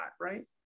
right